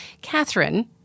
Catherine